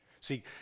See